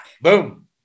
Boom